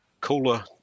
cooler